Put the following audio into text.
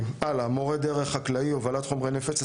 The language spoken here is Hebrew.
הלאה, מורה דרך, חקלאי, הובלת חומרי נפץ.